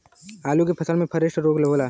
आलू के फसल मे फारेस्ट रोग होला?